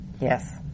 Yes